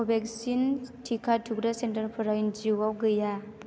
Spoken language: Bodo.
कभेक्सिन टिका थुग्रा सेन्टारफोरा एनजिअ'आव गैया